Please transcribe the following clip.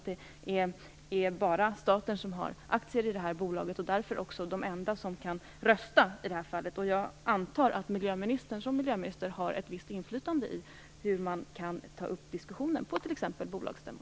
Det är bara staten som har aktier i bolaget och som därför är den enda som kan rösta. Jag antar att miljöministern som miljöminister har ett visst inflytande på hur man kan ta upp diskussionen på t.ex. en bolagsstämma.